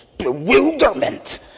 bewilderment